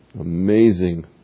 Amazing